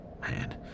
man